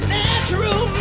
natural